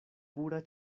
pura